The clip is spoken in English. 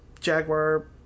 Jaguar